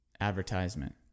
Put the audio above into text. advertisement